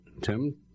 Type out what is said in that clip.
Tim